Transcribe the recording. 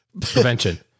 Prevention